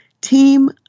team